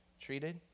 treated